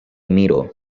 miro